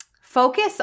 focus